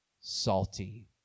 salty